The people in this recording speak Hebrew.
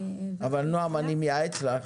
אבל אני מייעץ לך.